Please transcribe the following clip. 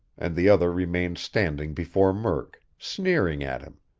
and the other remained standing before murk, sneering at him,